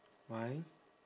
why